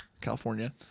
California